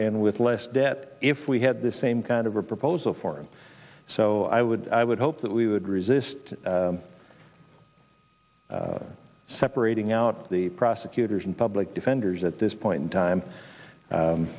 and with less debt if we had the same kind of a proposal for and so i would i would hope that we would resist separating out the prosecutors and public defenders at this point in time